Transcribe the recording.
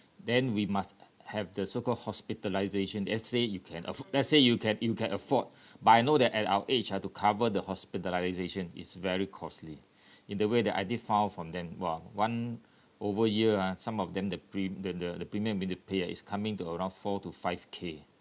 then we must have the so called hospitalisation let's say you can af~ let's say you can you can afford but I know that at our age uh to cover the hospitalisation is very costly in the way that I did find out from them while one over year ah some of them the pre~ the the the premium they have to pay ah is coming to around four to five K